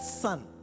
son